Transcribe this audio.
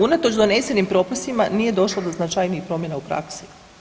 Unatoč donesenim propisima nije došlo do značajnijih promjena u praksi.